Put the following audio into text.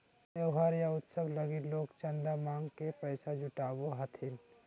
त्योहार या उत्सव लगी लोग चंदा मांग के पैसा जुटावो हथिन